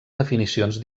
definicions